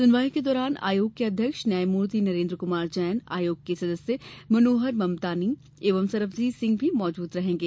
सुनवाई के दौरान आयोग के अध्यक्ष न्यायमूर्ति नरेन्द्र कुमार जैन आयोग के सदस्य मनोहर ममतानी एवं सरबजीत सिंह भी मौजूद रहेंगे